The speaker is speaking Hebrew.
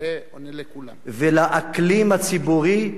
ולאקלים הציבורי,